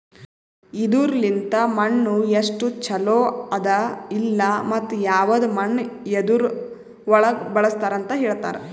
ಇದುರ್ ಲಿಂತ್ ಮಣ್ಣು ಎಸ್ಟು ಛಲೋ ಅದ ಇಲ್ಲಾ ಮತ್ತ ಯವದ್ ಮಣ್ಣ ಯದುರ್ ಒಳಗ್ ಬಳಸ್ತಾರ್ ಅಂತ್ ಹೇಳ್ತಾರ್